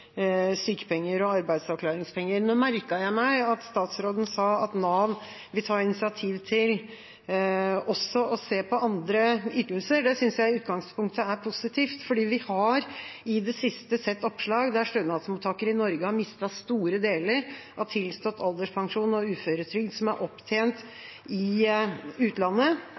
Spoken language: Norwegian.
sykepenger og arbeidsavklaringspenger. Nå merket jeg meg at statsråden sa at Nav vil ta initiativ til også å se på andre ytelser. Det synes jeg i utgangspunktet er positivt, for vi har i det siste sett oppslag om at stønadsmottakere i Norge har mistet store deler av tilstått alderspensjon og uføretrygd som er opptjent i utlandet,